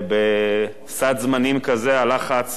בסד זמנים כזה הלחץ